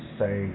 say